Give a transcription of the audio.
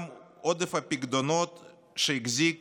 גם עודף הפיקדונות שהחזיק